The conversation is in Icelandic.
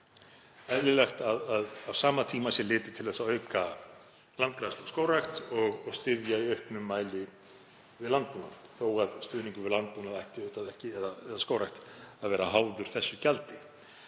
eðlilegt að á sama tíma sé litið til þess að auka landgræðslu og skógrækt og styðja í auknum mæli við landbúnað þó að stuðningur við landbúnað eða skógrækt ætti auðvitað ekki að vera háður þessu gjaldi.